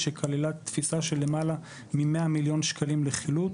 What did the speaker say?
שכללה תפיסה של יותר ממאה מיליון שקלים לחילוט.